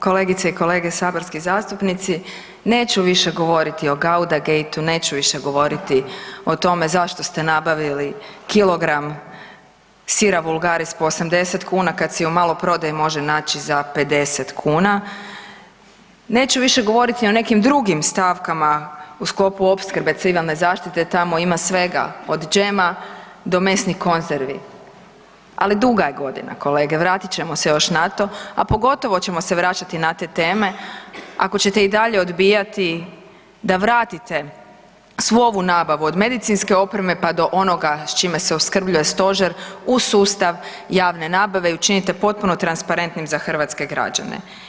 Kolegice i kolege saborski zastupnici, neću više govoriti o Gauda gate-u, neću više govoriti o tome zašto ste nabavili kilogram sira vulgaris po 80 kuna, kad se u maloprodaji može naći za 50 kuna, neću više govoriti o nekim drugim stavkama u sklopu opskrbe civilne zaštite, tamo ima svega od džema do mesnih konzervi, ali je duga godina kolege vratit ćemo se još na to, a pogotovo ćemo se vraćati na te teme ako ćete i dalje odbijati da vratite svu ovu nabavu od medicinske opreme pa do onoga s čime se opskrbljuje stožer u sustav javne nabave i učinite potpuno transparentnim za hrvatske građane.